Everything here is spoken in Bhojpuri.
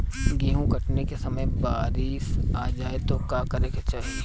गेहुँ कटनी के समय बारीस आ जाए तो का करे के चाही?